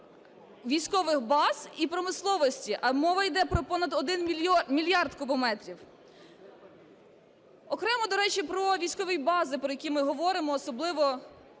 військових баз і промисловості, а мова йде про понад 1 мільярд кубометрів. Окремо, до речі, про військові бази, про які ми говоримо, особливо